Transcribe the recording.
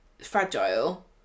fragile